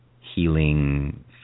healing